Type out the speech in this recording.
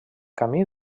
camí